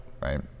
right